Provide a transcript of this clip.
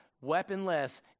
weaponless